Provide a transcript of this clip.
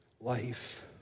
life